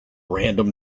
random